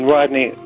Rodney